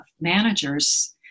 managers